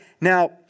Now